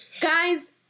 guys